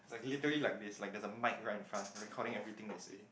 it's like literally like this like there's a mic right in front recording everything they say